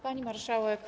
Pani Marszałek!